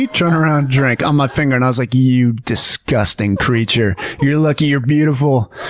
pee, turn around, drink, on my finger. and i was like, you disgusting creature! you're lucky you're beautiful!